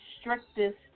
strictest